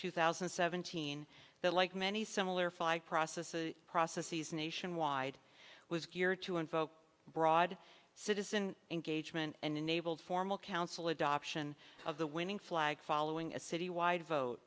two thousand and seventeen that like many similar five process a process is nationwide was geared to invoke broad citizen engagement and enabled formal council adoption of the winning flag following a citywide vote